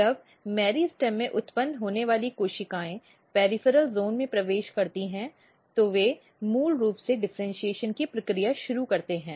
जब मेरिस्टेम में उत्पन्न होने वाली कोशिकाएं पेरिफेरल ज़ोन में प्रवेश करती हैं तो वे मूल रूप से डिफ़र्इन्शीएशन की प्रक्रिया शुरू करते हैं